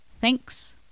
Thanks